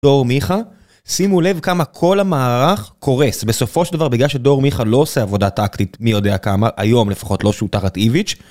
דור מיכה, שימו לב כמה כל המערך קורס, בסופו של דבר בגלל שדור מיכה לא עושה עבודה טקטית מי יודע כמה, היום לפחות לא שהוא תחת איביץ'.